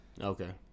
Okay